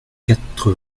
quatre